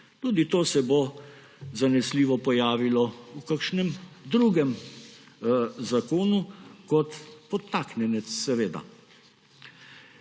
Tudi to se bo zanesljivo pojavilo v kakšnem drugem zakonu – kot podtaknjenec, seveda.